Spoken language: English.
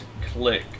click